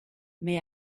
may